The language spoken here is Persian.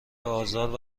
آزار